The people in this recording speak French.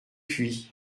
puits